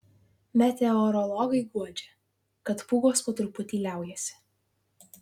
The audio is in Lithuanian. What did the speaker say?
meteorologai guodžia kad pūgos po truputį liaujasi